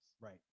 Right